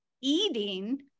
eating